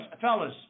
fellas